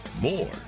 more